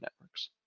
networks